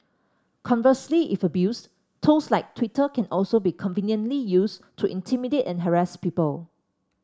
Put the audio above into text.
conversely if abused tools like Twitter can also be conveniently used to intimidate and harass people